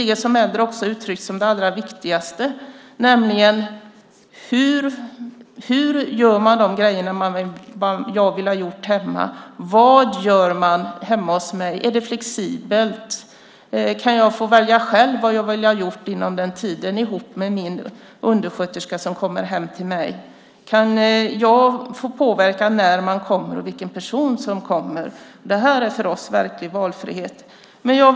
Det som äldre har uttryckt som det allra viktigaste är hur man gör olika saker och vad man gör hemma hos dem. Det är viktigt att det är flexibelt. Kan man få välja själv vad man vill ha gjort inom den tid som man har tillsammans med den undersköterska som kommer hem? Kan man påverka vilken person som kommer och när denna kommer? Detta är verklig valfrihet för oss.